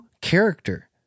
character